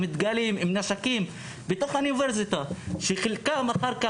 הם מתגלים עם נשקים בתוך האוניברסיטה וחלקם אחר כך